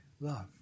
love